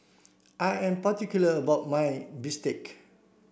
I am particular about my Bistake